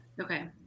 Okay